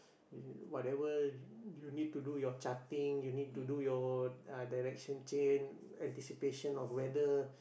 whatever you need to do your charting you need to do your direction change anticipation of weather